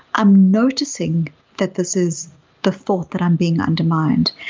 i'm noticing that this is the thought that i'm being undermined.